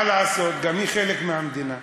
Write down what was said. מה לעשות, גם היא חלק מהמדינה.